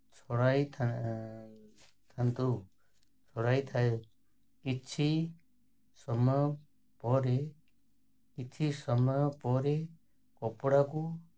ଛଡ଼ାଇ ଥାନ୍ତୁ ଛଡ଼ାଇଥାଏ କିଛି ସମୟ ପରେ କିଛି ସମୟ ପରେ କପଡ଼ାକୁ